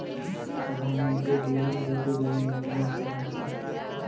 प्रधानमंत्री जीवन ज्योति बीमा योजना का होला?